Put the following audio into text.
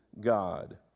God